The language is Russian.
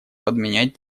подменять